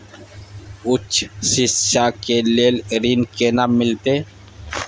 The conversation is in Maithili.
उच्च शिक्षा के लेल ऋण केना मिलते?